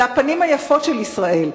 אלה הפנים היפות של ישראל,